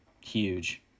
huge